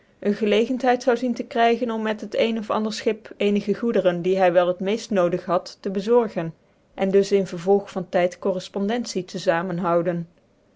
ccn gclegcnthcid zou zien tc krygen om met het ccn of ander schip ccnigc goederen die hy wel het meeft nodig had tc bezorgen cn dus in vervolg van tyt correfpondentic te famen houden